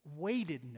weightedness